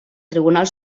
tribunal